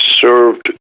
served